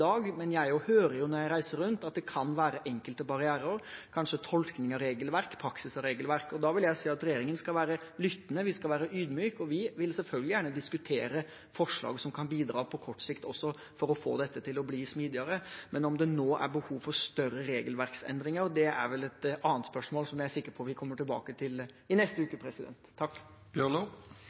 jeg hører når jeg reiser rundt, er at det kan være enkelte barrierer – kanskje tolkning av regelverk og praksis av regelverk – og da vil jeg si at regjeringen skal være lyttende, vi skal være ydmyke. Vi vil selvfølgelig gjerne diskutere forslag som kan bidra også på kort sikt for å få dette til å bli smidigere. Men om det nå er behov for større regelverksendringer, er vel et annet spørsmål, som jeg er sikker på vi kommer tilbake til i neste uke.